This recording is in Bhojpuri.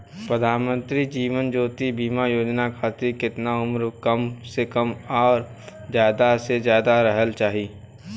प्रधानमंत्री जीवन ज्योती बीमा योजना खातिर केतना उम्र कम से कम आ ज्यादा से ज्यादा रहल चाहि?